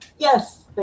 Yes